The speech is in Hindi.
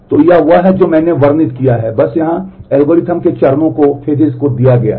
तो यह वह है जो मैंने वर्णित किया है बस यहाँ एल्गोरिदम के चरणों में दिया गया है